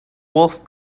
wolf